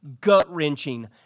Gut-wrenching